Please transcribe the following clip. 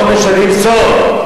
לא להחזיר, למסור.